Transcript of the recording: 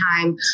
time